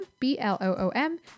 B-L-O-O-M